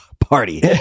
Party